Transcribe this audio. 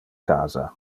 casa